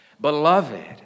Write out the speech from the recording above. Beloved